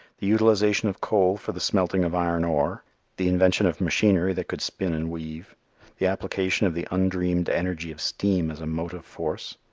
the utilization of coal for the smelting of iron ore the invention of machinery that could spin and weave the application of the undreamed energy of steam as a motive force,